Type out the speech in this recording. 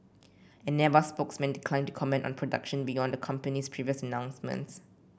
an Airbus spokesman declined to comment on production beyond the company's previous announcements